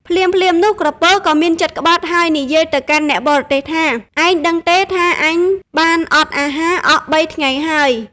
ភ្លាមៗនោះ ក្រពើក៏មានចិត្តក្បត់ហើយនិយាយទៅកាន់អ្នកបរទេះថា ឯងដឹងទេថា អញបានអត់អាហារអស់បីថ្ងៃហើយ។